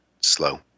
slow